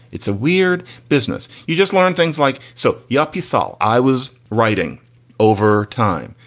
it's a weird business. you just learn things like so yuppy saw i was writing over time.